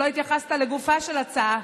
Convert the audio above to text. שלא התייחסת לגופה של ההצעה,